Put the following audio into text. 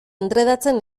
endredatzen